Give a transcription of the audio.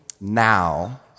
Now